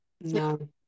no